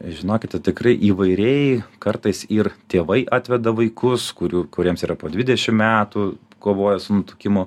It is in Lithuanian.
žinokite tikrai įvairiai kartais ir tėvai atveda vaikus kurių kuriems yra po dvidešim metų kovoja su nutukimu